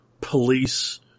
police